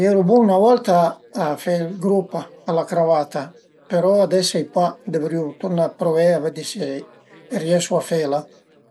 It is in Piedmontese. i eru bun 'na volta a fe ël grup a la cravata, però ades sai pa, dëvrìu turna pruvé për vëddi se riesu a fela